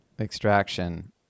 Extraction